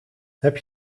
heb